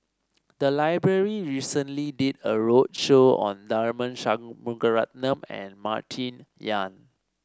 the library recently did a roadshow on Tharman Shanmugaratnam and Martin Yan